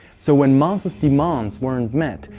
so when mas' demands weren't met,